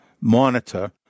monitor